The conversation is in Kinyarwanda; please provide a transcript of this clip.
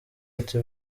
ati